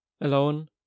alone